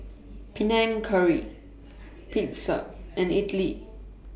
Panang Curry Pizza and Idili